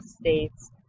states